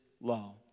law